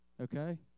okay